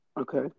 Okay